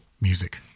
music